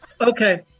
Okay